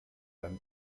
beim